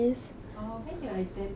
oh when your exam end